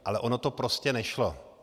Ale ono to prostě nešlo.